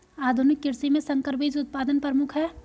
आधुनिक कृषि में संकर बीज उत्पादन प्रमुख है